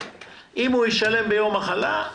יש שני ימי מנוחה קבועים,